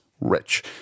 rich